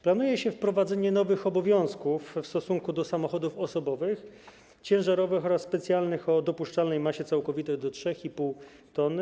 Planuje się wprowadzenie nowych obowiązków w stosunku do samochodów osobowych, ciężarowych oraz specjalnych o dopuszczalnej masie całkowitej do 3,5 t.